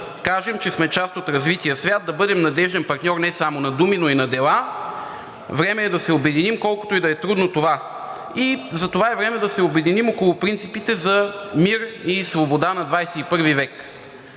кажем, че сме част от развития свят и да бъдем надежден партньор не само на думи, но и на дела. Време е да се обединим, колкото и да е трудно това, и затова е време да се обединим около принципите за мир и свобода на ХХI век.